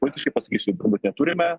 politiškai pasakysiu neturime